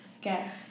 Okay